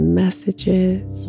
messages